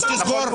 אז תסגור,